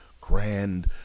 grand